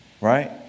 Right